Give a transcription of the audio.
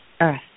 earth